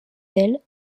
ailes